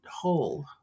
hole